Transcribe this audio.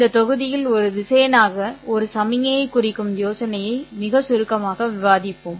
இந்த தொகுதியில் ஒரு திசையனாக ஒரு சமிக்ஞையை குறிக்கும் யோசனையை மிக சுருக்கமாக விவாதிப்போம்